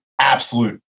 absolute